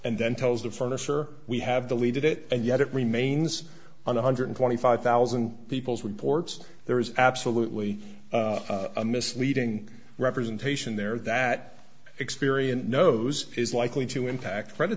and then tells the furniture we have deleted it and yet it remains on one hundred twenty five thousand people's reports there is absolutely a misleading representation there that experience knows is likely to impact credit